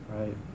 right